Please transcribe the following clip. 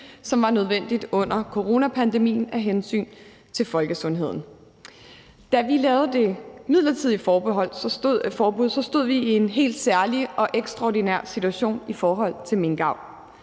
som var nødvendigt under coronapandemien af hensyn til folkesundheden. Da vi lavede det midlertidige forbud, stod vi i en helt særlig og ekstraordinær situation i forhold til minkavl.